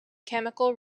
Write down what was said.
chemical